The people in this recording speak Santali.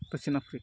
ᱯᱚᱪᱷᱤᱢ ᱟᱯᱷᱨᱤᱠᱟ